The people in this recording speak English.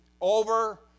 over